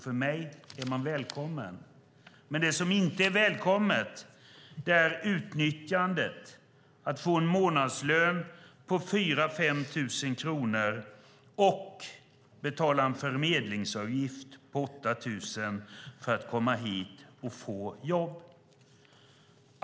För mig är man välkommen, men det som inte är välkommet är utnyttjandet, att få en månadslön på 4 000-5 000 kronor och betala en förmedlingsavgift på 8 000 för att komma hit och få jobb.